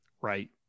Right